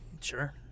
Sure